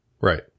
right